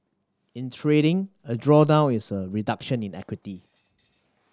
in trading a drawdown is a reduction in equity